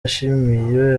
yashimiye